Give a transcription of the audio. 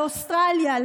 לאוסטרליה,